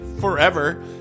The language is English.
forever